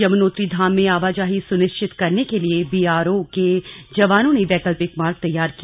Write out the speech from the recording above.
यमुनोत्री धाम में आवाजाही सुनिश्चत करने के लिए बीआरबो के जवानों ने वैकल्पिक मार्ग तैयार किया